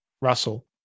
Russell